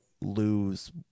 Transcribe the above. lose